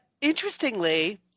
interestingly